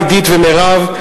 עידית ומירב,